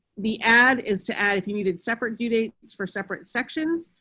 the ad is to add if you needed separate due dates for separate sections.